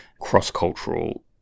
cross-cultural